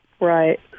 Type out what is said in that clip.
Right